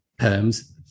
perms